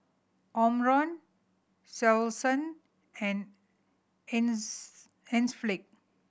Omron Selsun and Enzyplex